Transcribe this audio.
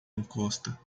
encosta